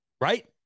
right